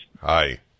Hi